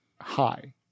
high